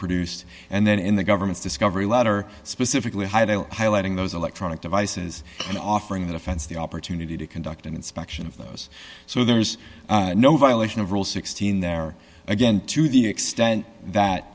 produced and then in the government's discovery letter specifically highlighting those electronic devices and offering the defense the opportunity to conduct an inspection of those so there's no violation of rule sixteen there again to the extent that